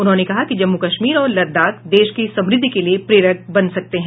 उन्होंने कहा कि जम्मू कश्मीर और लद्दाख देश की समृद्धि के लिये प्रेरक बन सकते हैं